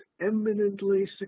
eminently